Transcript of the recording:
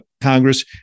Congress